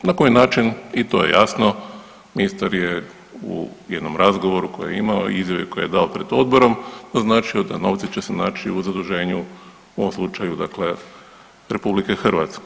Na koji način i to je jasno, ministar je u jednom razgovoru koji je imao, izreku je dao pred odborom, označio da novci će se naći u zaduženju u ovom slučaju dakle RH.